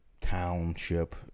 township